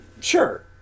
sure